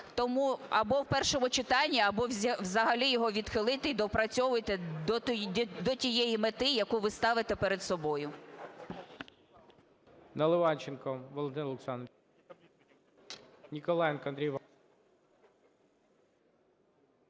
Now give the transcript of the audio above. Тому або в першому читанні, або взагалі його відхилити, і доопрацьовуйте до тієї мети, яку ви ставити перед собою.